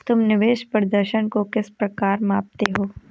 तुम निवेश प्रदर्शन को किस प्रकार मापते हो?